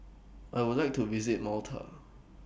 I Would like to visit Malta